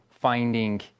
finding